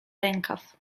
rękaw